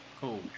cool